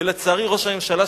ולצערי ראש הממשלה,